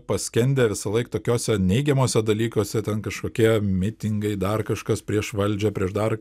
paskendę visąlaik tokiose neigiamuose dalykuose ten kažkokie mitingai dar kažkas prieš valdžią prieš dar